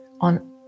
on